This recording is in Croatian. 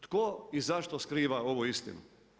Tko i zašto skriva ovu istinu?